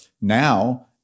now